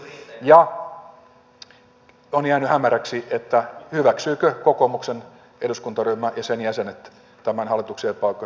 ja on jäänyt hämäräksi hyväksyvätkö kokoomuksen eduskuntaryhmä ja sen jäsenet tämän hallituksen epäoikeudenmukaisen linjan